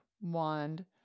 wand